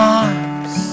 arms